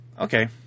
okay